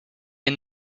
and